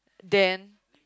then